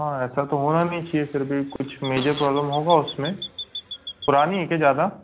हाँ ऐसा तो होना नही चाहिए फिर भी कुछ मेजर प्रॉबलम होगा उसमें पुरानी है क्या ज़्यादा